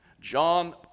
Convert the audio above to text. John